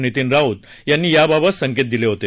नितीन राऊत यांनी याबाबत संकेत दिले होते